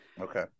Okay